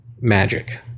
magic